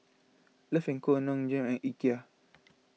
Love and Co Nong Shim and Ikea